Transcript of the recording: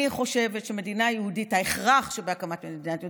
אני חושבת שההכרח שבהקמת מדינה יהודית,